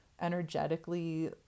energetically